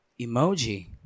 Emoji